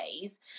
days